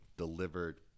delivered